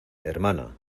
hermana